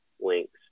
links